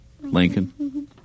Lincoln